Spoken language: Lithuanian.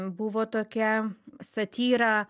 buvo tokia satyra